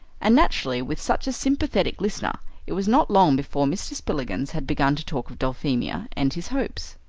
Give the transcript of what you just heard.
and naturally, with such a sympathetic listener, it was not long before mr. spillikins had begun to talk of dulphemia and his hopes.